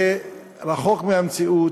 זה רחוק מהמציאות.